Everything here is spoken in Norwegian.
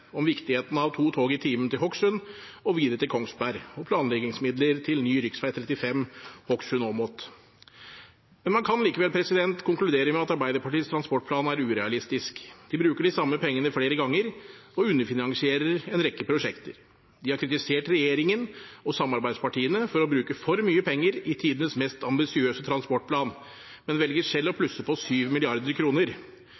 om viktigheten av to tog i timen til Hokksund og videre til Kongsberg og planleggingsmidler til ny rv. 35 Hokksund–Åmot. Men man kan likevel konkludere med at Arbeiderpartiets transportplan er urealistisk. De bruker de samme pengene flere ganger og underfinansierer en rekke prosjekter. De har kritisert regjeringen og samarbeidspartiene for å bruke for mye penger i tidenes mest ambisiøse transportplan, men velger selv å